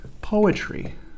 poetry